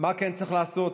מה כן צריך לעשות?